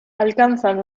alcanzan